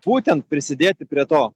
būtent prisidėti prie to